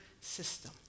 system